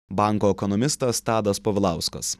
banko ekonomistas tadas povilauskas